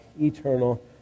eternal